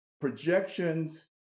Projections